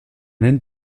nennt